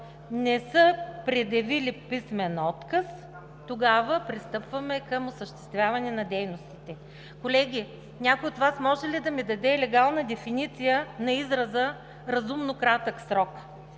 не са предявили писмен отказ, тогава пристъпваме към осъществяване на дейностите.“ Колеги, някой от Вас може ли да ми даде легална дефиниция на израза „разумно кратък срок“?